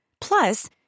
Plus